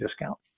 discount